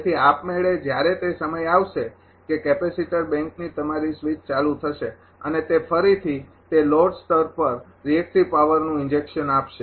તેથી આપમેળે જ્યારે તે સમય આવશે કે કેપેસિટર બેંકની તમારી સ્વીચ ચાલુ થશે અને તે ફરીથી તે લોડ સ્તર પર રિએક્ટિવ પાવરનું ઇન્જેક્શન આપશે